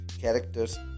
characters